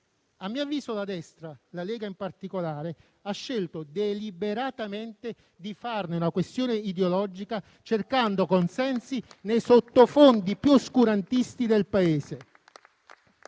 A mio avviso, la destra - la Lega in particolare - ha scelto deliberatamente di farne una questione ideologica, cercando consensi nei sottofondi più oscurantisti del Paese.